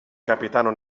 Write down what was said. capitano